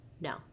no